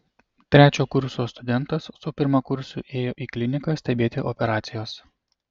trečio kurso studentas su pirmakursiu ėjo į kliniką stebėti operacijos